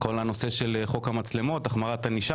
על חוק המצלמות והחמרת הענישה